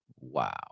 Wow